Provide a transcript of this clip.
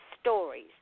Stories